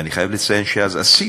ואני חייב לציין שאז עשית.